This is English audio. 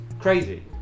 crazy